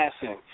passing